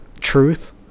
truth